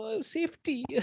Safety